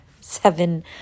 seven